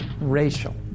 racial